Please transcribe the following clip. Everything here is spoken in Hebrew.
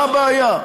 מה הבעיה?